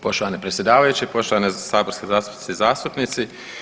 Poštovani predsjedavajući, poštovane saborske zastupnice i zastupnici.